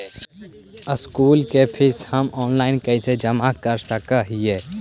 School के fees हम online कैसे जमा कर सक हिय?